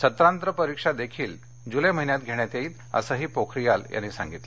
सत्रांत परीक्षा देखील जुले महिन्यात घेण्यात येईल असंही पोखरीयाल यांनी सांगितलं